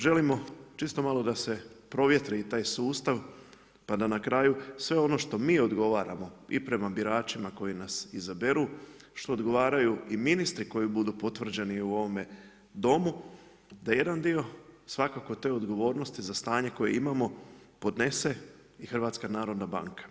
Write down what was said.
Želimo čisto malo da se provjetri i taj sustav, pa da na kraju, sve ono što mi odgovaramo i prema biračima koji nas izaberu, što odgovaraju i ministri koji budu potvrđeni u ovome Domu, da jedan dio, svakako, te odgovornosti, za stanje koje imamo, podnese i HNB.